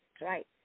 right